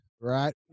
Right